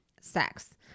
sex